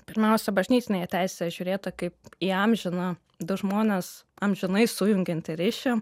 pirmiausia bažnytinėje teisėje žiūrėta kaip įamžina du žmones amžinai sujungiant į ryšį